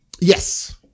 yes